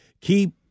keep